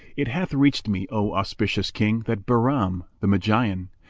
it hath reached me, o auspicious king, that bahram, the magian,